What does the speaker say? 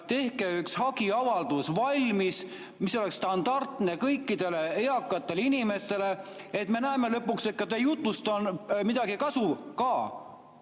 tehke üks hagiavaldus valmis, mis oleks standardne kõikidele eakatele inimestele, et me näeksime lõpuks, et teie jutust on midagi kasu ka.